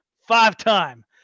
five-time